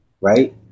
Right